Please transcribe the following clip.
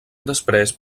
després